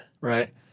Right